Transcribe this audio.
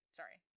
sorry